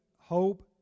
hope